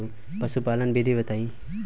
पशुपालन विधि बताई?